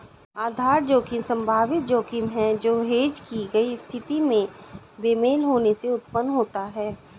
आधार जोखिम संभावित जोखिम है जो हेज की गई स्थिति में बेमेल होने से उत्पन्न होता है